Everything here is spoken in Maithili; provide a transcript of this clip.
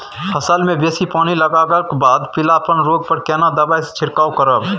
फसल मे बेसी पानी लागलाक बाद पीलापन रोग पर केना दबाई से छिरकाव करब?